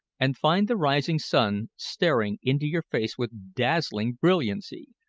and find the rising sun staring into your face with dazzling brilliancy!